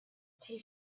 pay